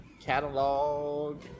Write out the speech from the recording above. catalog